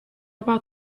about